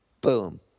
Boom